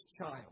child